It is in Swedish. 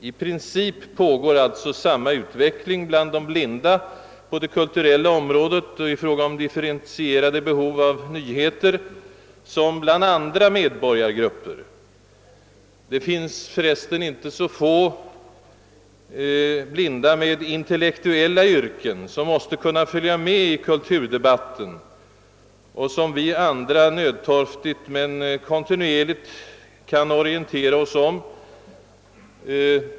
I princip pågår alltså samma utveckling bland de blinda på det kulturella området och i fråga om differentierade behov av nyheter som bland andra medborgargrupper. Det finns förresten inte så få blinda med intellektuella yrken som nödtorftigt men kontinuerligt måste kunna följa med i den kulturdebatt som vi andra tämligen lätt kan orientera oss om.